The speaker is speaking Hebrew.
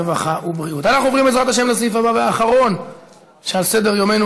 הרווחה והבריאות של הכנסת.